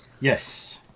Yes